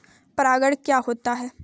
परागण क्या होता है?